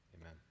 amen